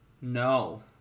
No